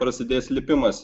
prasidės lipimas